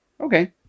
Okay